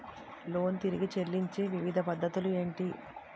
Loan తిరిగి చెల్లించే వివిధ పద్ధతులు ఏంటి?